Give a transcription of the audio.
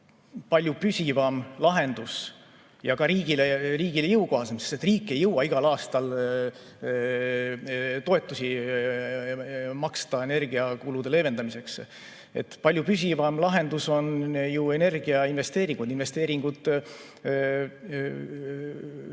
palju püsivam ja ka riigile jõukohasem lahendus, sest riik ei jõua igal aastal maksta toetusi energiakulude leevendamiseks. Palju püsivam lahendus on ju energiainvesteeringud, investeeringud